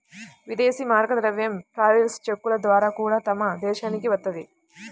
ఇదేశీ మారక ద్రవ్యం ట్రావెలర్స్ చెక్కుల ద్వారా గూడా మన దేశానికి వత్తది